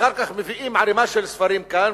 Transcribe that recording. אחר כך מביאים ערימה של ספרים לכאן,